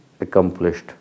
accomplished